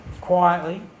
quietly